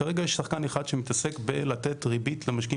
כרגע יש שחקן אחד שמתעסק בלתת ריבית למשקיעים,